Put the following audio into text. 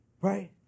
Right